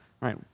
right